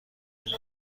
این